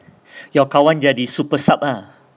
your kawan jadi super sub ah